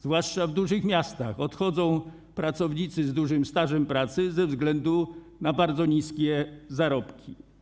Zwłaszcza w dużych miastach odchodzą pracownicy z dużym stażem pracy ze względu na bardzo niskie zarobki.